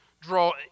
draw